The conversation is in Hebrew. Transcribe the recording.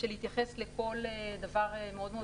להתייחס לכל דבר מאוד מאוד קטן.